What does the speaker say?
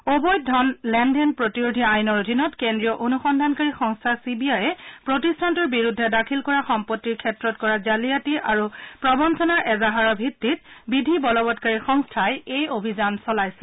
অবৈধ ধন লেন দেন প্ৰতিৰোধি আইনৰ অধীনত কেন্দ্ৰীয় অনুসন্ধানকাৰী সংস্থা চি বি আইয়ে প্ৰতিষ্ঠানটোৰ বিৰুদ্ধে দাখিল কৰা সম্পত্তিৰ ক্ষেত্ৰত কৰা জালিয়াতি আৰু প্ৰবঞ্চনাৰ এজাহাৰৰ ভিত্তিত বিধি বলবৎকাৰী সংস্থাই এই অভিযান চলাইছে